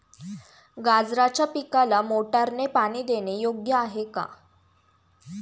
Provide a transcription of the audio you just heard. गाजराच्या पिकाला मोटारने पाणी देणे योग्य आहे का?